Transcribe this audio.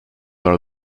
are